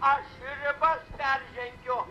aš ribas peržengiu